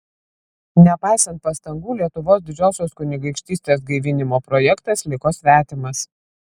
nepaisant pastangų lietuvos didžiosios kunigaikštystės gaivinimo projektas liko svetimas